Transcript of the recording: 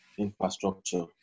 infrastructure